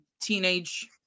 teenage